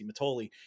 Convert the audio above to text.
Matoli